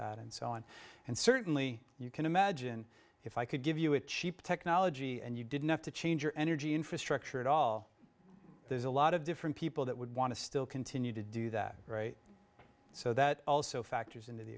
that and so on and certainly you can imagine if i could give you a cheap technology and you didn't have to change your energy infrastructure at all there's a lot of different people that would want to still continue to do that so that also factors into the